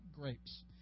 grapes